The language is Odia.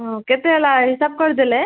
ହଁ କେତେ ହେଲା ହିସାବ କରିଦେଲେ